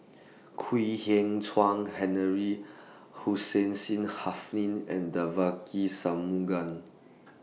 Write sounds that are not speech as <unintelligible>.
Kwek Hian Chuan Henry Hussein Seen <unintelligible> and Devagi Sanmugam